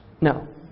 No